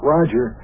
Roger